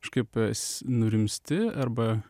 kažkaip s nurimsti arba